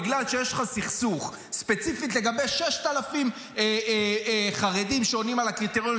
בגלל שיש לך סכסוך ספציפית לגבי 6,000 חרדים שעונים על הקריטריונים,